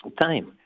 time